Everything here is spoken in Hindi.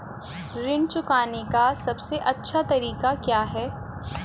ऋण चुकाने का सबसे अच्छा तरीका क्या है?